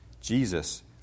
Jesus